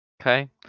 Okay